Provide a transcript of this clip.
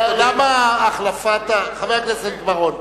למה החלפת, חבר הכנסת בר-און.